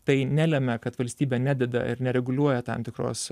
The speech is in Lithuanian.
tai nelemia kad valstybė nededa ir nereguliuoja tam tikros